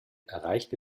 erreichte